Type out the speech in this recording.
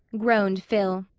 groaned phil.